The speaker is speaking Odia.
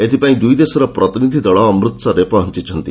ଏଥିପାଇଁ ଦୁଇଦେଶର ପ୍ରତିନିଧି ଦଳ ଅମୃତସରରେ ପହଞ୍ଚ୍ଚିଛନ୍ତି